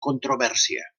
controvèrsia